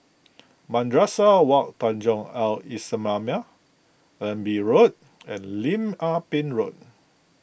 Madrasah Wak Tanjong Al Islamiah Allenby Road and Lim Ah Pin Road